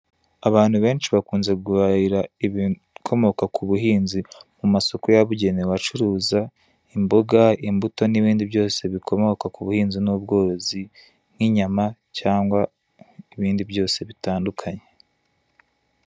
Abantu benshi bakunze guhahira ibikomoka ku buhinzi mu masoko yabugenewe acuruza imboga, imbuto n'ibindi byose bikomoka ku buhinzi n'ubworozi nk'inyama cyangwa ibindi byose bitandukanye.